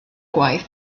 gwaith